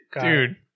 Dude